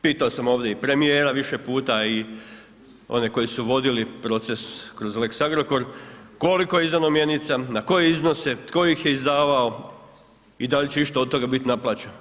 Pitao sam ovdje i premijera Više puta i one koji su vodili proces kroz lex Agrokor koliko je izdano mjenica, na koje iznose, tko ih je izdavao i da li će išta od toga bit naplaćeno.